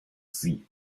sie